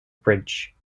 bridge